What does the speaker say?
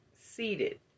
seated